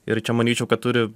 ir čia manyčiau kad turi